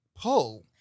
pull